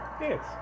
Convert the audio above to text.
Yes